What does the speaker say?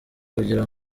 kugira